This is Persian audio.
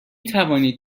توانید